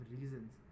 reasons